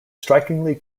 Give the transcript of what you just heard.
strikingly